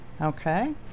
okay